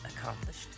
accomplished